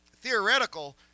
theoretical